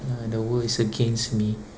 uh the world is against me